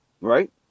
Right